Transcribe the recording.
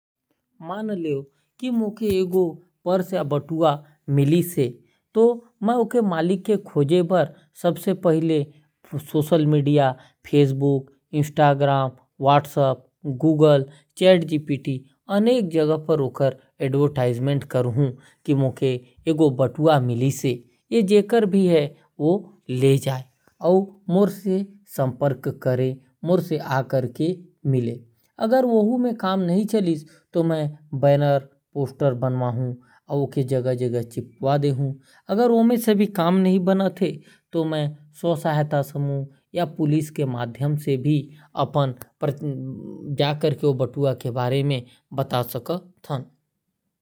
मान ला मो के पर्स या बटवा मिल्स है तो मैं ओके सोशल मीडिया या एडवरटाइजमेंट देहु। या पोस्टर के माध्यम से सूचित करहूं। या पुलिस ला जा कर सूचना देहु।